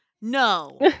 no